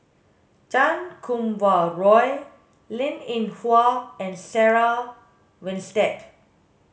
Chan Kum Wah Roy Linn In Hua and Sarah Winstedt